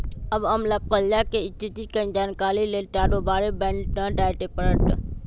अब हमरा कर्जा के स्थिति के जानकारी लेल बारोबारे बैंक न जाय के परत्